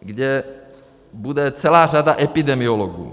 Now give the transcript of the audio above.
kde bude celá řada epidemiologů.